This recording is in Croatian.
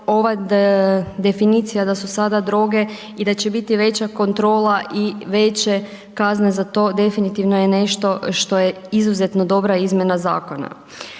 ova definicija da su sada droge i da će biti veća kontrola i veće kazne za to, definitivno je nešto što je izuzetno dobra izmjena zakona.